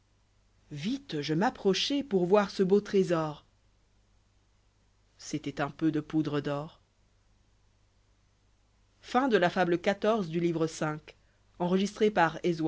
vite je m'approchai pour voir ce beau tréspr oioit un peu de poudre d